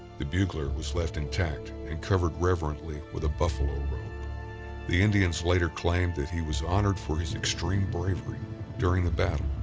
the bugler, was left intact and covered reverently with a buffalo the indians later claimed that he was honored for his extreme bravery during the battle,